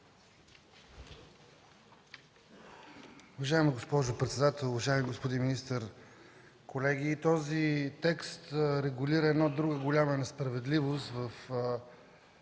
Уважаема госпожо председател, уважаеми господин министър, колеги! Този текст регулира друга голяма несправедливост в